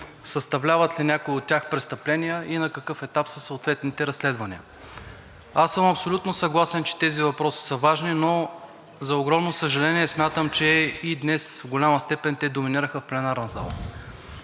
съставляват ли някои от тях престъпления и на какъв етап са съответните разследвания? Аз съм абсолютно съгласен, че тези въпроси са важни, но за огромно съжаление смятам, че и днес в голяма степен те доминираха в пленарната зала.